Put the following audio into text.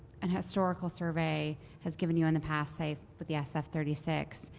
an historical survey has given you in the past, say, with the s f three six,